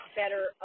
better